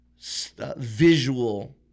visual